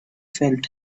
felt